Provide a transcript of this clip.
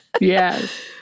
Yes